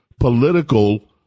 political